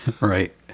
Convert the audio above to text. right